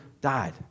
died